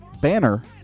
banner